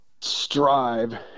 strive